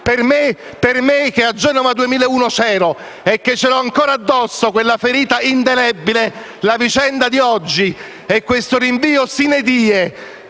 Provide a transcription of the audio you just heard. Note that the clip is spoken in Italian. Per me che a Genova 2001 c'ero e che ho ancora addosso quella ferita indelebile, la vicenda di oggi e questo rinvio *sine die*